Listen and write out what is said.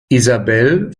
isabel